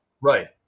Right